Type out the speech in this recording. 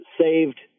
saved